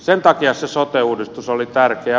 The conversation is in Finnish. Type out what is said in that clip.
sen takia se sote uudistus oli tärkeä